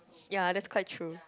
ya that's quite true